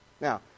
Now